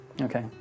Okay